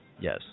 Yes